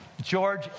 George